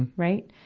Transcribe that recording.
and right.